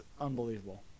unbelievable